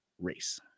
race